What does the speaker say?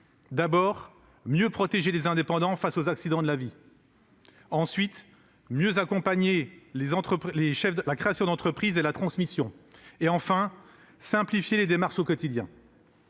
d'abord, mieux protéger les indépendants face aux accidents de la vie ; ensuite, mieux accompagner la création d'entreprise et la transmission ; enfin, simplifier les démarches au quotidien.